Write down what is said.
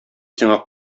сиңа